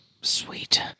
Sweet